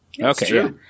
Okay